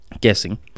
guessing